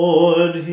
Lord